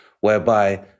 whereby